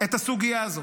את הסוגיה הזאת.